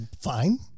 Fine